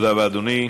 תודה רבה, אדוני.